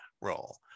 role